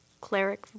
Cleric